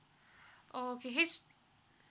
oh okay H~